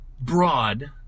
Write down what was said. broad